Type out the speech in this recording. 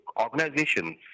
organizations